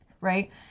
right